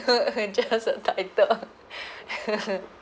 just a title